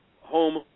home